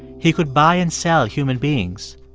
he could buy and sell human beings.